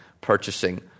purchasing